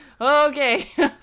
Okay